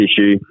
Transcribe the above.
issue